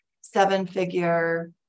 seven-figure